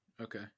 Okay